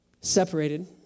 separated